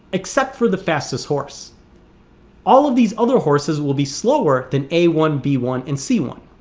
except for the fastest horse all of these other horses will be slower than a one, b one, and c one